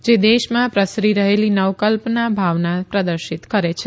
જે દેશમાં પ્રસરી રહેલી નવકલ્પના ભાવના પ્રદર્શિત કરે છે